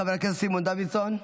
חבר הכנסת סימון דוידסון.